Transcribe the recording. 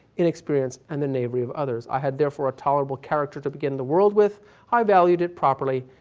inexperience and the knavery of others. i had therefore a tolerable character to begin the world with i valued it properly,